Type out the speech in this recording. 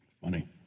Funny